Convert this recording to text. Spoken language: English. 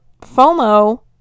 FOMO